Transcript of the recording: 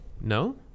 No